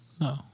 No